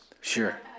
Sure